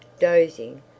dozing